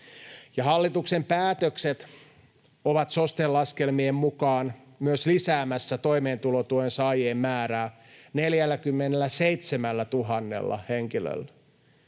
Hallituksen päätökset ovat SOSTEn laskelmien mukaan myös lisäämässä toimeentulotuen saajien määrää 47 000 henkilöllä.